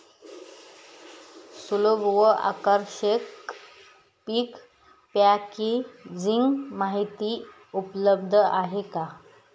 सुलभ व आकर्षक पीक पॅकेजिंग माहिती उपलब्ध आहे का?